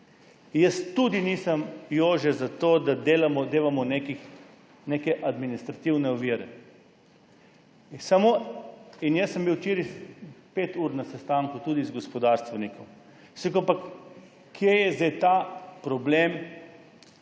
Jaz tudi nisem, Jože, za to, da delamo neke administrativne ovire. Jaz sem bil včeraj 5 ur na sestanku tudi z gospodarstvenikom. Sem rekel, kje je sedaj problem.